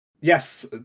Yes